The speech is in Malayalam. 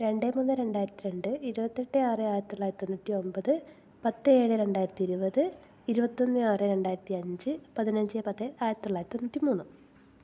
രണ്ട് മൂന്ന് രണ്ടായിരത്തി രണ്ട് ഇരുപത്തെട്ട് ആറ് ആയിരത്തിതൊള്ളായിരത്തിതൊണ്ണൂറ്റൊമ്പത് പത്ത് ഏഴ് രണ്ടായിരത്തിഇരുപത് ഇരുപത്തൊന്ന് ആറ് രണ്ടായിരത്തിഅഞ്ച് പതിനഞ്ച് പത്ത് ആയിരത്തിതൊള്ളായിരത്തി തൊണ്ണൂറ്റി മൂന്ന്